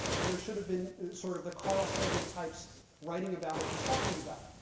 and there should have been sort of the carl sagan types writing about it and talking about